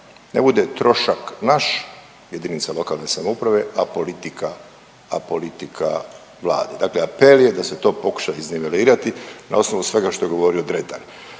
ne bude trošak naš JLS, a politika, a politika Vlade, dakle apel je da se to pokuša iznivelirati na osnovu svega što je govorio Dretar